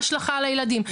ההשלכה על הילדים,